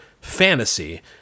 fantasy